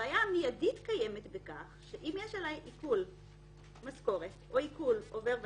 הבעיה המידית קיימת בכך שאם יש עלי עיקול משכורת או עיקול עובר ושב,